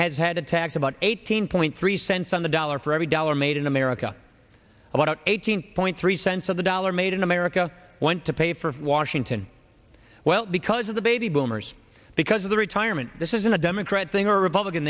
has had attacked about eighteen point three cents on the dollar for every dollar made in america about eighteen point three cents of the dollar made in america went to pay for washington well because of the baby boomers because of the retirement this isn't a democrat thing or a republican